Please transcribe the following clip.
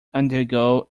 undergo